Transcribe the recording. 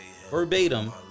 Verbatim